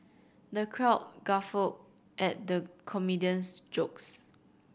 the crowd guffawed at the comedian's jokes